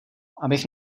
abych